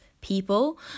people